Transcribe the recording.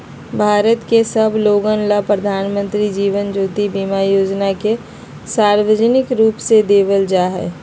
भारत के सब लोगन ला प्रधानमंत्री जीवन ज्योति बीमा योजना के सार्वजनिक रूप से देवल जाहई